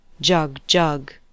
Jug-jug